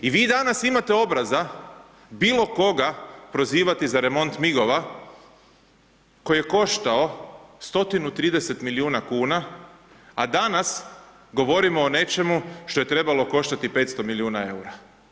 I vi danas imate obraza bilokoga prozivati za remont MIG-ova koji je koštao 130 milijuna kuna a danas govorimo o nečemu što je trebalo koštati 500 milijuna eura.